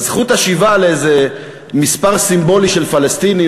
אז לזכות השיבה למספר סימבולי של פלסטינים,